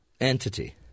entity